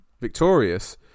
victorious